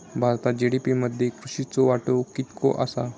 भारतात जी.डी.पी मध्ये कृषीचो वाटो कितको आसा?